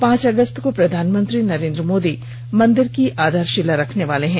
पांच अगस्त को प्रधानमंत्री नरेन्द्र मोदी मंदिर की आधारशिला रखनेवाले हैं